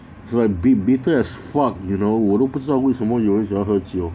it's like bitt~ bitter as fuck you know 我都不知道为什么有人喜欢喝酒